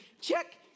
check